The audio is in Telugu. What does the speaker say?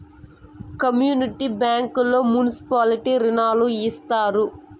కమ్యూనిటీ బ్యాంకుల్లో మున్సిపాలిటీ రుణాలు ఇత్తారు